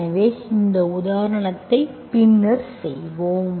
எனவே அந்த உதாரணத்தை பின்னர் செய்வோம்